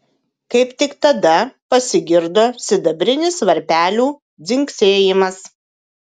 kaip tik tada pasigirdo sidabrinis varpelių dzingsėjimas